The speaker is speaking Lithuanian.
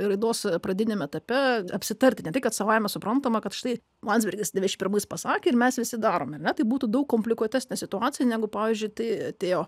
raidos pradiniame etape apsitarti ne tik kad savaime suprantama kad štai landsbergis iš pirmais pasakė ir mes visi darome ar ne tai būtų daug komplikuotesnė situacija negu pavyzdžiui tai atėjo